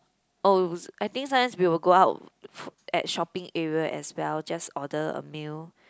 oh I think sometimes we will go out at shopping area as well just order a meal